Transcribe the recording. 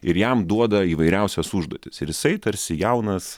ir jam duoda įvairiausias užduotis ir jisai tarsi jaunas